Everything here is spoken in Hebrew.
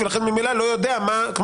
ולכן ממילא לא יודע איך